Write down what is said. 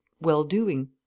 well-doing